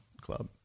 club